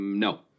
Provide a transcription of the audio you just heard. No